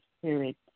Spirit